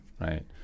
right